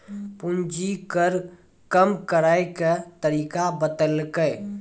पूंजी कर कम करैय के तरीका बतैलकै